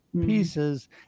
pieces